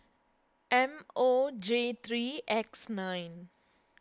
M O J three X nine